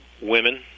women